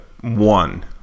one